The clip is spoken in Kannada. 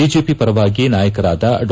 ಬಿಜೆಪಿ ಪರವಾಗಿ ನಾಯಕರಾದ ಡಾ